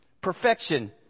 perfection